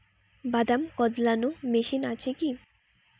বাদাম কদলানো মেশিন আছেকি?